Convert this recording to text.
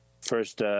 first